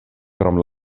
krom